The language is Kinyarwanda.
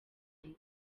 nde